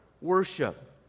worship